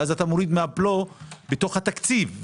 ואז אתה מוריד מהבלו בתוך התקציב,